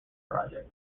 project